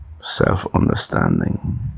self-understanding